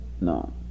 No